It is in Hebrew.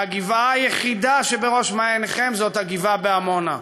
והגבעה היחידה שבראש מעייניכם זאת הגבעה בעמונה.